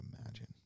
imagine